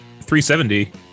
370